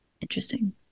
interesting